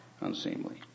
Unseemly